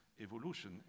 evolution